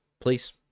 please